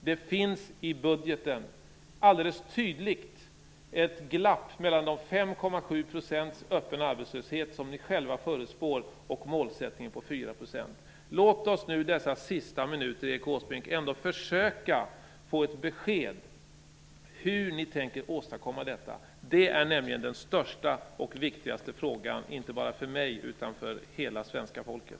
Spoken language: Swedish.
Det finns i budgeten alldeles tydligt ett glapp mellan de 5,7 % öppen arbetslöshet som ni själva förutspår och målet 4 %. Försök under dessa sista minuter, Erik Åsbrink, ge ett besked hur ni tänker uppnå detta mål! Det är den största och viktigaste frågan, inte bara för mig utan för hela svenska folket.